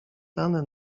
dane